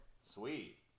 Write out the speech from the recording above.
Sweet